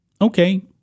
Okay